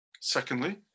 Secondly